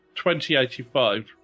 2085